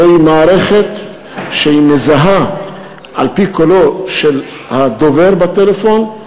זוהי מערכת שמזהה על-פי קולו של הדובר בטלפון,